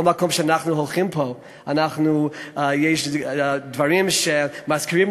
בכל מקום שאנחנו הולכים פה יש דברים שמזכירים